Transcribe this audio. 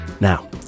Now